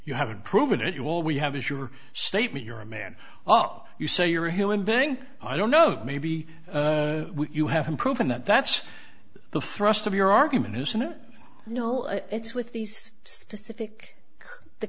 you haven't proven it well we have is your statement you're a man oh you say you're a human being i don't know maybe you haven't proven that that's the thrust of your argument is a no no it's with these specific the